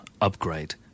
upgrade